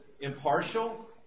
impartial